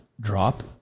drop